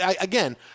again—